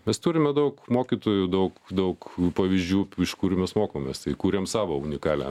mes turime daug mokytojų daug daug pavyzdžių iš kurių mes mokomės tai kuriam savo unikalią